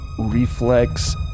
Reflex